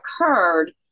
occurred